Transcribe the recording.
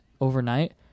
overnight